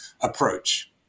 approach